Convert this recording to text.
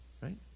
Right